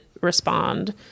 respond